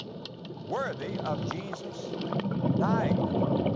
worthy of jesus dying for?